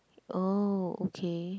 oh okay